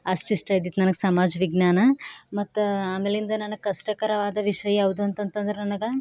ಅಷ್ಟಿಷ್ಟ ಇದ್ದಿತ್ತು ನನಗೆ ಸಮಾಜ ವಿಜ್ಞಾನ ಮತ್ತ ಆಮೇಲಿಂದ ನನಗೆ ಕಷ್ಟಕರವಾದ ವಿಷಯ ಯಾವುದು ಅಂತಂತಂದರೆ ನನಗೆ